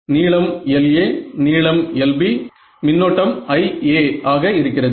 நீளம் LA நீளம் LB மின்னோட்டம் IA ஆக இருக்கிறது